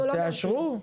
אז תאשרו.